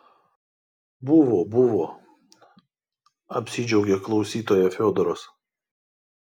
buvo buvo apsidžiaugė klausytoja fiodoras